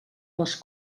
les